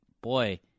boy